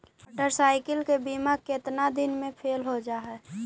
Motorcycle के बिमा केतना दिन मे फेल हो जा है?